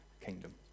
kingdom